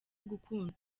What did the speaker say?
gukundwa